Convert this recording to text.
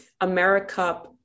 America